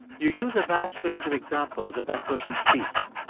you use a vast range of examples of that person's speech.